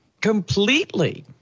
completely